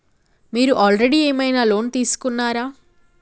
మీరు ఆల్రెడీ ఏమైనా లోన్ తీసుకున్నారా?